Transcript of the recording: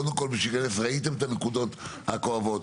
קודם כל ראיתם את הנקודות הכואבות,